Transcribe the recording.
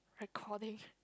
according